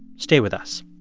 stay with us